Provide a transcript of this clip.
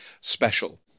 special